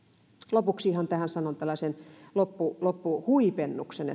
lopuksi sanon tällaisen loppuhuipennuksen